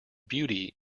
beauty